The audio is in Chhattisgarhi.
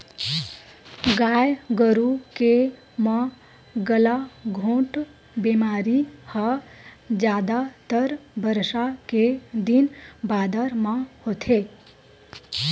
गाय गरु के म गलाघोंट बेमारी ह जादातर बरसा के दिन बादर म होथे